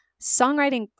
songwriting